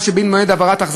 אני אומר לך.